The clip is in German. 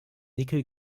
nickel